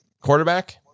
quarterback